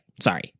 sorry